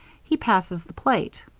he passes the plate.